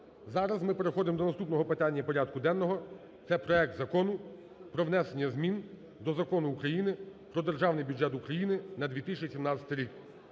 Зараз ми переходимо до наступного питання порядку денного – проект Закону про внесення змін до Закону України "Про Державний бюджет України на 2017 рік"